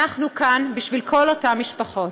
אנחנו כאן בשביל כל אותן משפחות.